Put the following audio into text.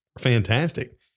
fantastic